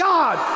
God